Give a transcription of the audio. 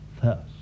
first